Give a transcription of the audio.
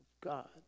God